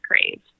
crave